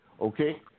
Okay